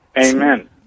Amen